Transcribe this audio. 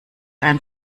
ein